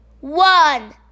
one